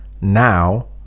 now